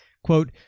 Quote